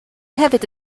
hefyd